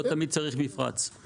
לא תמיד צריך מפרץ.